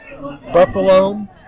Buffalo